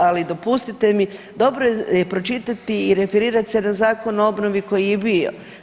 Ali dopustite mi, dobro je pročitati i referirat se na Zakon o obnovi koji je i bio.